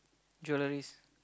jeweleries